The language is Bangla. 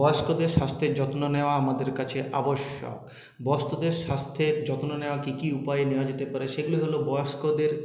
বয়স্কদের স্বাস্থ্যের যত্ন নেওয়া আমাদের কাছে আবশ্যক বয়স্কদের স্বাস্থ্যের যত্ন নেওয়া কি কি উপায়ে নিতে পারে সেগুলো হলো বয়স্কদের